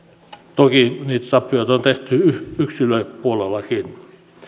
toki niitä tappioita on tehty yksilöpuolellakin